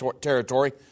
territory